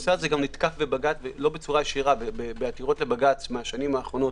הנושא הזה נתקף בעתירות לבג"ץ מהשנים האחרונות